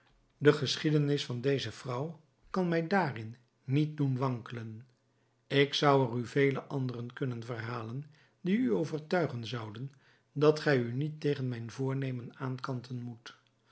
de geschiedenis van deze vrouw kan mij daarin niet doen wankelen ik zou er u vele anderen kunnen verhalen die u overtuigen zouden dat gij u niet tegen mijn voornemen aankanten moet